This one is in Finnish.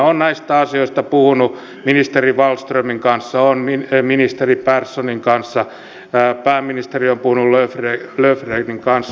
olen näistä asioista puhunut ministeri wallströmin kanssa ministeri perssonin kanssa pääministeri on puhunut löfvenin kanssa